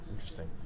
Interesting